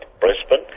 Brisbane